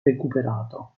recuperato